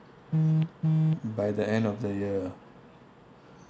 by the end of the year